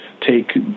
take